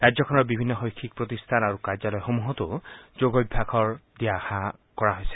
ৰাজ্যখনৰ বিভিন্ন শৈক্ষিক প্ৰতিষ্ঠান আৰু কাৰ্যালয়সমূহতো যোগভ্যাসৰ দিহা কৰা হৈছে